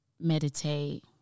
meditate